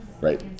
right